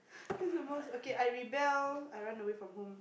that's the most okay I rebel I run away from home